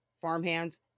farmhands